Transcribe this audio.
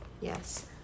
Yes